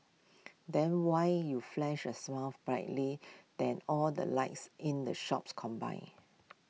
then why you flash A smile brightly than all the lights in the shops combined